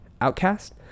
outcast